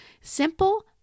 Simple